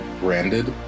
branded